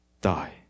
die